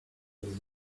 with